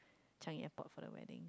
Changi-Airport for the wedding